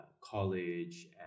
college